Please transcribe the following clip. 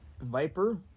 Viper